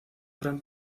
gran